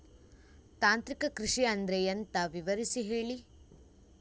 ತಾಂತ್ರಿಕ ಕೃಷಿ ಅಂದ್ರೆ ಎಂತ ವಿವರಿಸಿ ಹೇಳಿ